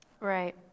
Right